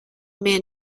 man